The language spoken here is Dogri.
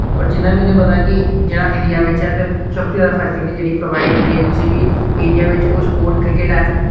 पर जिन्ना बी इनें ई पता कि जेह्ड़ा इंडिया बिच ऐ सब तूं जैदा फैसलिटी जेह्ड़ी प्रोवाइड होंदी ऐ कुसै बी एरिया बिच ओह् स्पोर्ट क्रिकेट ऐ